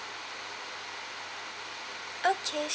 okay